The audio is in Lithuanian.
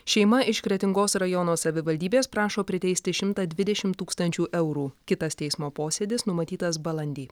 šeima iš kretingos rajono savivaldybės prašo priteisti šimtą dvidešim tūkstančių eurų kitas teismo posėdis numatytas balandį